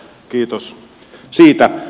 kiitos siitä